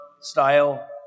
style